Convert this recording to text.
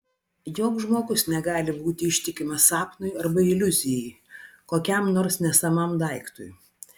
joks žmogus negali būti ištikimas sapnui arba iliuzijai kokiam nors nesamam daiktui